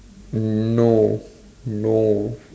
no no